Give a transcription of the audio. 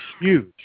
huge